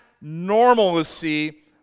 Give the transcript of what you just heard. normalcy